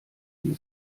sie